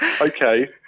okay